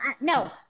No